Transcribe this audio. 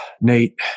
Nate